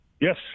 Yes